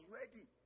ready